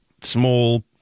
small